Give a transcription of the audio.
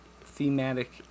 thematic